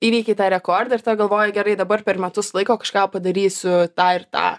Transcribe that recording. įveikei tą rekordą ir tada galvoji gerai dabar per metus laiko kažką padarysiu tą ir tą